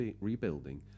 rebuilding